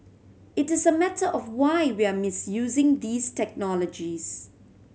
it's a matter of why we are misusing these technologies